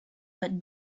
but